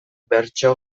bertso